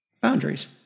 Boundaries